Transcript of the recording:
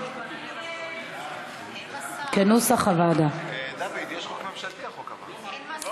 סעיפים 1 3, כהצעת הוועדה, נתקבלו.